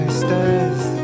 stairs